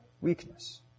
weakness